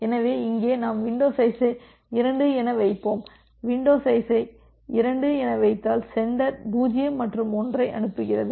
எனவே இங்கே நாம் விண்டோ சைஸை 2 என வைப்போம் விண்டோ சைஸை 2 என வைத்தால் சென்டர் 0 மற்றும் 1 அனுப்புகிறது